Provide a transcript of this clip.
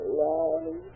love